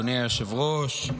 אדוני היושב-ראש.